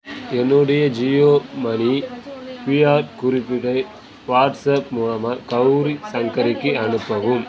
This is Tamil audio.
என்னுடைய ஜியோ மனி பிஆர் குறிப்பீட்டை வாட்ஸப் மூலமாக கௌரி சங்கரிக்கு அனுப்பவும்